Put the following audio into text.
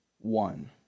one